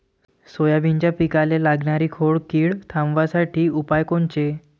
सोयाबीनच्या पिकाले लागनारी खोड किड थांबवासाठी उपाय कोनचे?